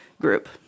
group